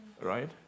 Right